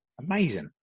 amazing